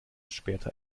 später